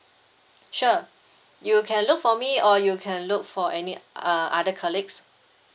sure you can look for me or you can look for any uh other colleagues